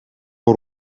van